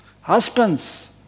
Husbands